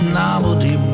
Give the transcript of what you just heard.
novelty